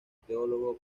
teólogo